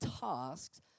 tasks